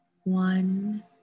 One